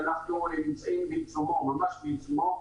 שאנחנו נמצאים ממש בעיצומו,